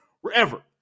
wherever